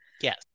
Yes